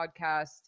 podcast